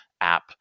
app